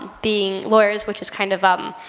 being lawyers, which is kind of um,